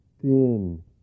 thin